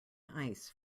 ice